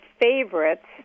favorites